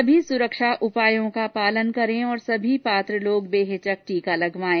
सभी सुरक्षा उपायों का पालन करें और सभी पात्र लोग बेहिचक टीका लगवाएं